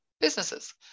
businesses